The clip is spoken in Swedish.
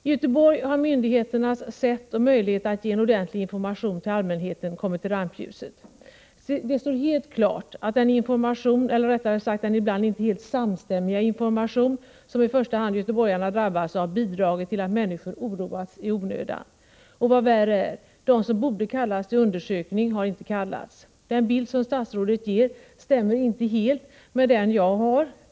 I Göteborg har myndigheternas handläggningssätt och möjligheter att ge ordentlig information till allmänheten kommit i rampljuset. Det står helt klart att den information — eller rättare den ibland inte helt samstämmiga information — som drabbat i första hand göteborgarna bidragit till att människor oroats i onödan. Och vad värre är: de som borde kallats till undersökning har inte kallats. Den bild som statsrådet ger stämmer inte helt med den som jag har.